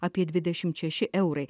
apie dvidešimt šeši eurai